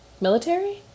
military